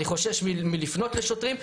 אני חושש מלפנות לשוטרים,